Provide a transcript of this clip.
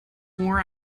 more